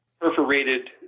perforated